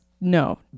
no